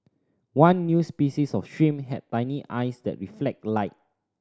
one new species of shrimp had shiny eyes that reflect light